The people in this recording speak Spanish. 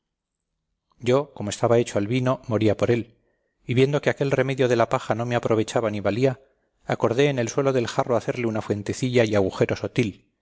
yo como estaba hecho al vino moría por él y viendo que aquel remedio de la paja no me aprovechaba ni valía acordé en el suelo del jarro hacerle una fuentecilla y agujero sotil